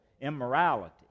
immorality